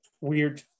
weird